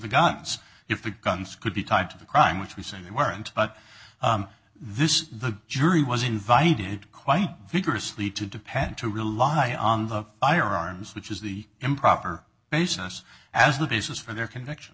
the guns if the guns could be tied to the crime which we sent him weren't on this the jury was invited quite vigorously to depend to rely on the firearms which is the improper basis as the basis for their connection